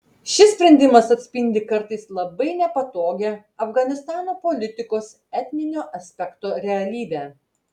šis sprendimas atspindi kartais labai nepatogią afganistano politikos etninio aspekto realybę